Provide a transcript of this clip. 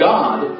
God